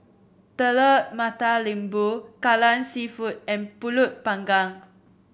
Telur Mata Lembu Kai Lan seafood and pulut panggang